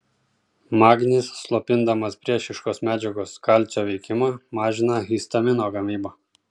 magnis slopindamas priešiškos medžiagos kalcio veikimą mažina histamino gamybą